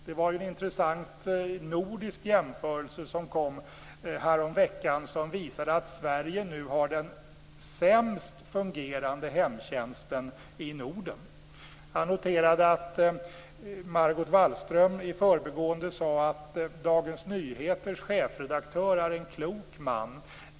Det kom en intressant nordisk jämförelse häromveckan som visade att Sverige nu har den sämst fungerande hemtjänsten i Norden. Jag noterade att Margot Wallström i förbigående sade att Dagens Nyheters chefredaktör är en klok man.